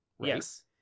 yes